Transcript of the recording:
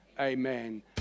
amen